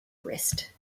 arrest